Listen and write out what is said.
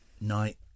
Night